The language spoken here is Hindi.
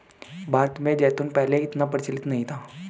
भारत में जैतून पहले इतना प्रचलित नहीं था